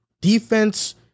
Defense